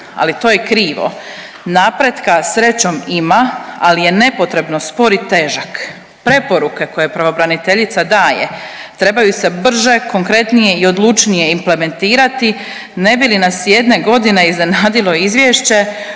ali to je krivo. Napretka srećom ima, ali je nepotrebno spor i težak. Preporuke koje pravobraniteljica daje trebaju se brže, konkretnije i odlučnije implementirati ne bi li nas jedne godine iznenadilo izvješće